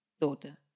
daughter